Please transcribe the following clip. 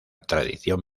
tradición